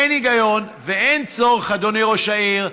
אין היגיון ואין צורך, אדוני ראש העיר,